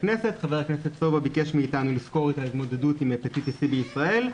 הכנסת סובה ביקש מאיתנו לסקור את ההתמודדות עם הפטיטיס סי בישראל,